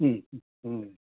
ഉം ഉം ഉം